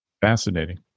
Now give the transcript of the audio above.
Fascinating